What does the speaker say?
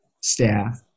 staff